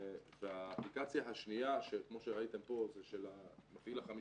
והאפליקציה השניה כמו שראיתם פה של ה-4.5,